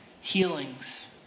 healings